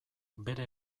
bere